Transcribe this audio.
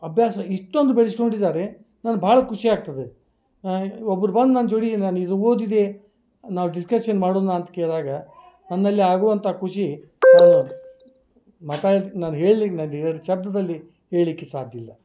ಅಭ್ಯಾಸ ಇಷ್ಟೊಂದು ಬೆಳ್ಸ್ಕೊಂಡಿದ್ದಾರೆ ನನ್ಗೆ ಭಾಳ ಖುಷಿಯಾಗ್ತದದು ಒಬ್ರು ಬಂದು ನನ್ನ ಜೋಡಿ ನಾನು ಇದು ಓದಿದೆ ನಾವು ಡಿಸ್ಕಷನ್ ಮಾಡುಣ ಅಂತ ಕೇಳಿದಾಗ ನನ್ನಲ್ಲಿ ಆಗುವಂಥ ಖುಷಿ ಮತ್ತು ಇದು ನಾನು ಹೇಳ್ಲಿಕ್ಕೆ ನನ್ನ ಎರಡು ಶಬ್ದದಲ್ಲಿ ಹೇಳಲಿಕ್ಕೆ ಸಾಧ್ಯವಿಲ್ಲ